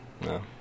No